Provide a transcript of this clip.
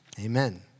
Amen